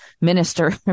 minister